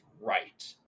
right